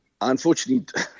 Unfortunately